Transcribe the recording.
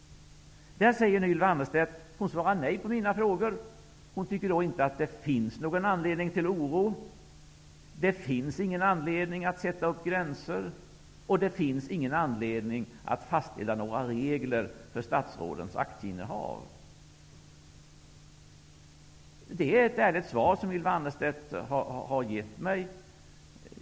Ylva Annerstedt svarar nej på mina frågor. Hon tycker inte att det finns någon anledning till oro, till att sätta upp gränser och till att fastställa några regler för statsrådens aktieinnehav. Det är ett ärligt svar som Ylva Annerstedt har gett mig.